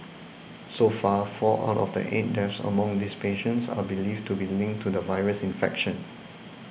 so far four out of eight deaths among these patients are believed to be linked to the virus infection